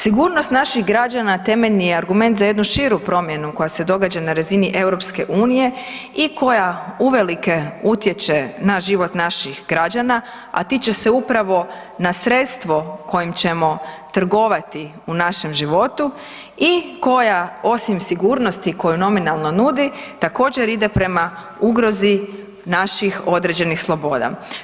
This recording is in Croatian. Sigurnost naših građana temeljni je argument za jednu širu promjenu koja se događa na razini EU i koja uvelike utječe na život naših građana, a tiče se upravo na sredstvo kojim ćemo trgovati u našem životu i koja osim sigurnosti koju nominalno nudi također ide prema ugrozi naših određenih sloboda.